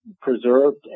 preserved